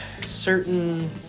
certain